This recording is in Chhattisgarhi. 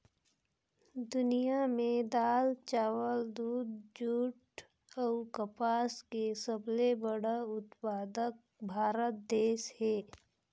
दुनिया में दाल, चावल, दूध, जूट अऊ कपास के सबले बड़ा उत्पादक भारत देश हे